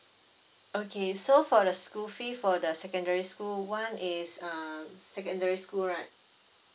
okay so for the school fees for the secondary school one is um secondary school right